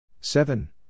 seven